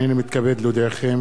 הנני מתכבד להודיעכם,